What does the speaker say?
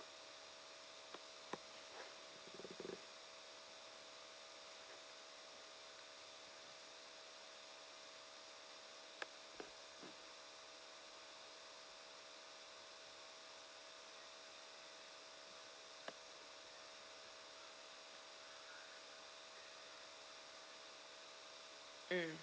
mm